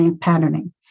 patterning